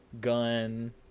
gun